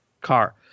car